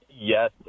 Yes